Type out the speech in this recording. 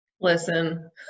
Listen